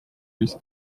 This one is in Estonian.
riske